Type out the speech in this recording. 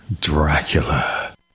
dracula